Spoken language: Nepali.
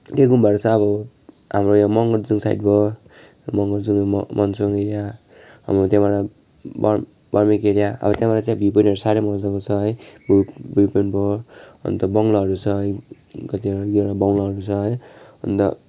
निकै गुम्बाहरू छ अब हाम्रो यहाँ मँगरजुङ साइड भयो मँगरजुङ मनसोङ एरिया अब त्यहाँबाट वाल बर्मेक एरिया अब त्यहाँबाट चाहिँ भ्यू प्वाइन्टहरू साह्रै मजाको है भ्यू भ्यू प्वाइन्ट भयो अनि त बङ्गलाहरू छ है कतिवटा कतिवटा बङ्गलाहरू छ है अन्त